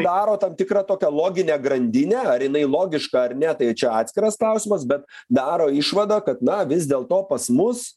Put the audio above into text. daro tam tikrą tokią loginę grandinę ar jinai logiška ar ne tai čia atskiras klausimas bet daro išvadą kad na vis dėl to pas mus